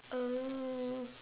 oh